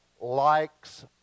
likes